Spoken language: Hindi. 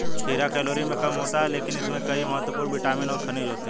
खीरा कैलोरी में कम होता है लेकिन इसमें कई महत्वपूर्ण विटामिन और खनिज होते हैं